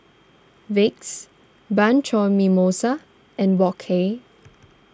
Vicks Bianco Mimosa and Wok Hey